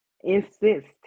insist